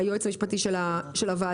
היועץ המשפטי של הוועדה,